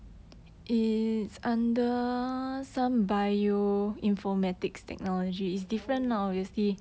!wow!